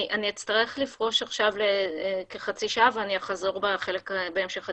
אני אצטרך לפרוש עכשיו לחצי שעה ואני אחזור בהמשך הדיון.